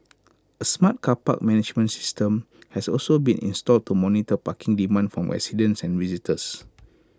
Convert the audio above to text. A smart car park management system has also been installed to monitor parking demand from residents and visitors